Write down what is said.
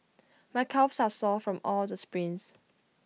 my calves are sore from all the sprints